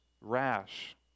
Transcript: rash